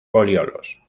foliolos